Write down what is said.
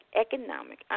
Economic